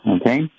okay